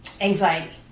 anxiety